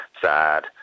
sad